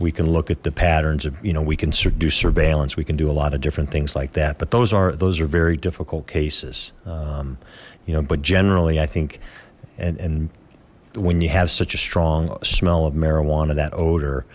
we can look at the patterns of you know we can seduce surveillance we can do a lot of different things like that but those are those are very difficult case you know but generally i think and and when you have such a strong smell of marijuana that